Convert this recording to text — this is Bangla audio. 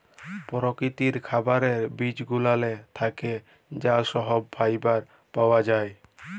পরকিতির খাবারের বিজগুলানের থ্যাকে যা সহব ফাইবার পাওয়া জায়